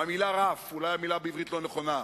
מהמלה "רף", אולי המלה בעברית לא נכונה,